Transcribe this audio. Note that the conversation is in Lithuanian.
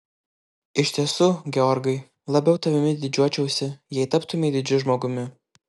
iš tiesų georgai labiau tavimi didžiuočiausi jei taptumei didžiu žmogumi